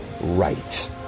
Right